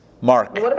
Mark